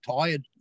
tired